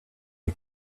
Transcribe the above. you